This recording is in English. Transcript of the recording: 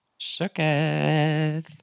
Shooketh